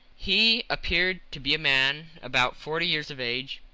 he appeared to be a man about forty years of age,